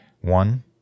One